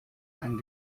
ein